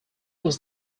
was